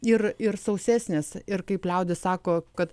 ir ir sausesnės ir kaip liaudis sako kad